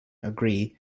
agree